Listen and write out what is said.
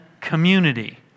community